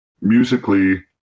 musically